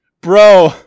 Bro